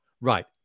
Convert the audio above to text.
right